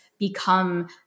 Become